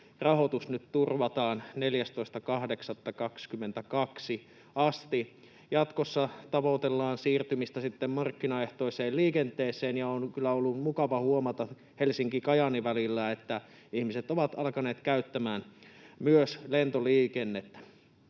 rahoitus nyt turvataan 14.8.22 asti. Jatkossa tavoitellaan siirtymistä sitten markkinaehtoiseen liikenteeseen, ja on kyllä ollut mukava huomata välillä Helsinki—Kajaani, että ihmiset ovat alkaneet käyttää myös lentoliikennettä.